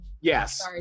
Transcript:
Yes